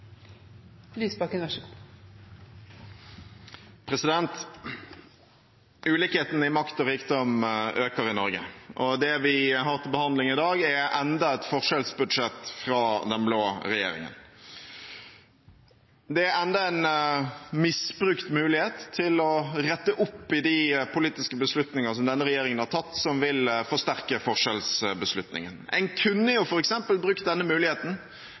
behandling i dag, er enda et forskjellsbudsjett fra den blå regjeringen. Det er enda en misbrukt mulighet til å rette opp i de politiske beslutningene regjeringen har tatt, som vil forsterke forskjellene. En kunne f.eks. brukt denne muligheten